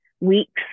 weeks